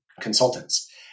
consultants